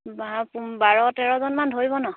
বা বাৰ তেৰজনমান ধৰিব নহ্